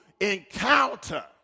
encounter